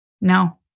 no